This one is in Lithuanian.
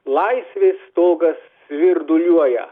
laisvės stogas svirduliuoja